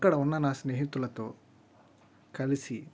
అక్కడ ఉన్న నా స్నేహితులతో కలిసి